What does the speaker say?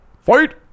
Fight